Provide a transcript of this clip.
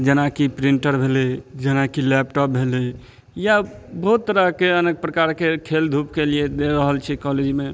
जेनाकि प्रिन्टर भेलै जेनाकि लैपटॉप भेलै या बहुत तरहके अनेक प्रकारके खेल धूपके लिए दे रहल छै कॉलेजमे